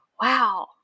Wow